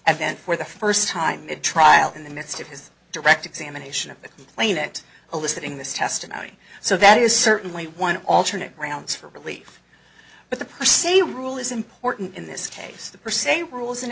and then for the first time at trial in the midst of his direct examination of the plane it eliciting this testimony so that is certainly one alternate grounds for belief but the per se rule is important in this case the per se rules an